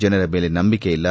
ಜನರ ಮೇಲೆ ನಂಬಿಕೆ ಇಲ್ಲ